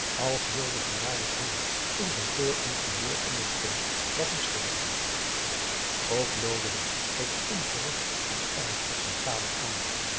als wilde ze daar doorheen in zijn for interieur onderzoeken wat hem scheelde ook lodewijk keek ongerust en ernstig zijn vader aan